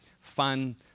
fun